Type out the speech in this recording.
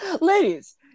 Ladies